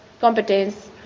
competence